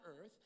earth